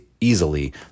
easily